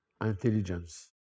intelligence